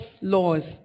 laws